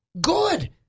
good